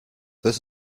this